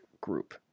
group